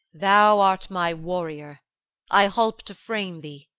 thou art my warrior i holp to frame thee.